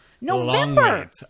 November